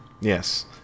Yes